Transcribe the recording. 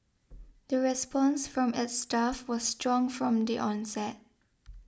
the response from its staff was strong from the onset